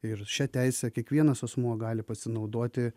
ir šia teise kiekvienas asmuo gali pasinaudoti